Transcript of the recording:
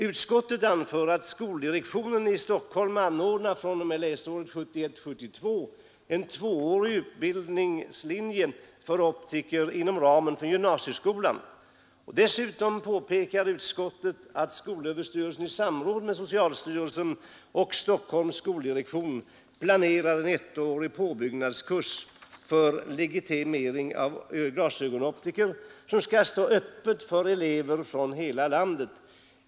Utskottet anför att skoldirektionen i Stockholm fr.o.m. läsåret 1971/72 anordnar en tvåårig utbildning för optiker inom ramen för gymnasieskolan. Dessutom påpekar utskottet att skolöverstyrelsen i samråd med socialstyrelsen och Stockholms skoldirektion planerar en ettårig påbyggnadskurs för legitimering av glasögonoptiker, som skall stå öppen för elever från hela landet.